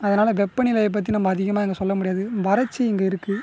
அதனால வெப்பநிலையைப் பற்றி நம்ம அதிகமாக இங்கே சொல்ல முடியாது வறட்சி இங்கே இருக்குது